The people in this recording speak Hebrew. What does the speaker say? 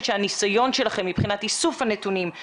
שהניסיון שלכם מבחינת איסוף הנתונים,